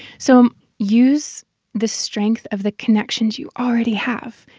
so use the strength of the connections you already have.